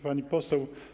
Pani Poseł!